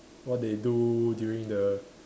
what they do during the